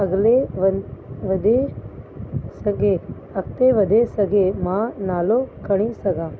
अॻिते व वधी सघे अगरि वधी सघे मां नालो खणी सघां